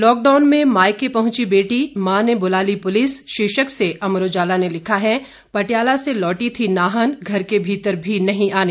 lockdown में मायके पहुंची बेटी मां ने बुला ली पुलिस शीर्षक से अमर उजाला ने लिखा है पटियाला से लौटी थी नाहन घर के भीतर भी नहीं दिया आने